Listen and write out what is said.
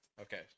Okay